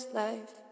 life